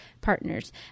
partners